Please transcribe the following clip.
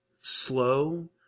slow